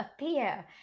appear